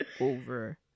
over